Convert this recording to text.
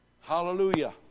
Hallelujah